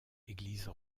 église